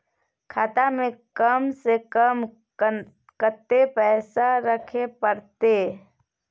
खाता में कम से कम कत्ते पैसा रखे परतै?